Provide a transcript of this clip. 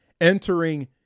entering